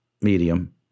medium